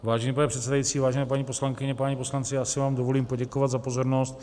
Vážený pane předsedající, vážené paní poslankyně, páni poslanci, já si vám dovolím poděkovat za pozornost.